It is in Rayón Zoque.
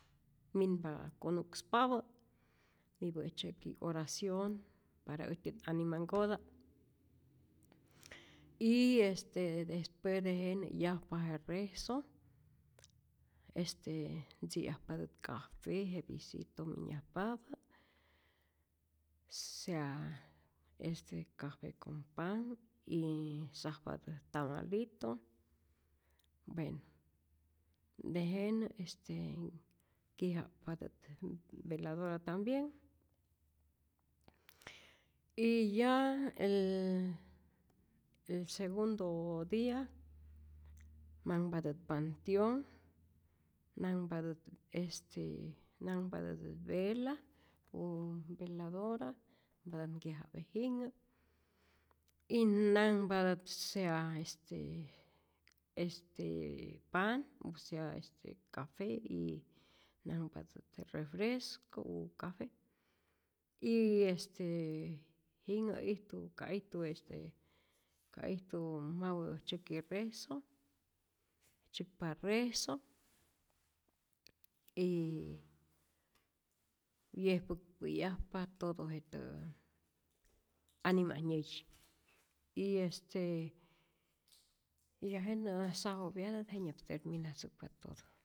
Minpa konu'kspapä, mipä tzyäki oracion para äjtyän animanhkota' y este despues de jenä' yajpa je rezo, este ntziyajpatät café je visito minyajpapä, sea este café con panh y sajpa'ntät tamalito, bueno tejenä este, nki'ja'p'patät veladora tambienh, y ya el el segudo dia, manhpatät pantionh, nanhpatät este, nanhpatät ve vela u veladora matän nkija'pe jinhä, y nänhpatät sea este este pan o sea este café y nanhpatät je refresco u café y este jinhä ijtu ka ijtu este, ka ijtu mapä'i tzyäki rezo, tzyäkpa rezo y wyejpäkpä'yajpa todo jetä anima'i nyäyi y este ya jenä sajopyatät jenyap terminatzäkpa todo.